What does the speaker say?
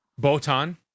botan